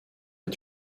est